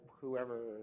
whoever